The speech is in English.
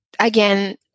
Again